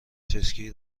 چسکی